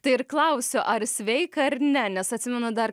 tai ir klausiu ar sveika ar ne nes atsimenu dar